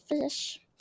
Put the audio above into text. fish